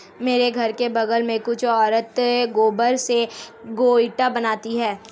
मेरे घर के बगल में कुछ औरतें गोबर से गोइठा बनाती है